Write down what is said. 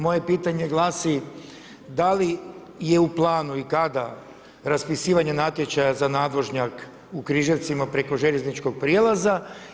Moje pitanje glasi da li je u planu i kada raspisivanje natječaja za nadvožnjak u Križevcima preko željezničkog prijelaza?